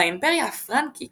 מהאימפריה הפרנקית